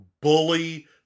bully